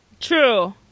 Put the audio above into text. True